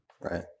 Right